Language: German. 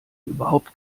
überhaupt